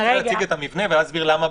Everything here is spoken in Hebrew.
אני אציג את המבנה ואז אסביר למה.